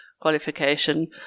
qualification